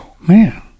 man